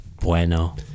Bueno